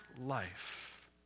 life